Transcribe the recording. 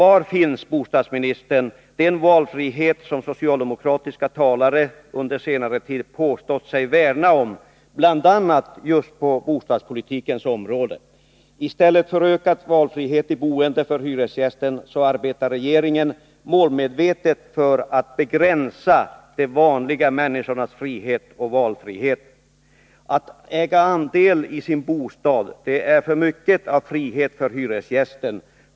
Var finns, herr bostadsminister, den valfrihet som socialdemokratiska talare under senare tid påstått sig värna om på bl.a. just bostadspolitikens område? I stället för ökad valfrihet i boendet för hyresgästen arbetar regeringen målmedvetet för att begränsa de vanliga människornas frihet och valfrihet. Att äga andel i sin bostad är för mycket frihet för hyresgästen.